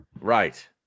Right